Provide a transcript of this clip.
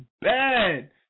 bad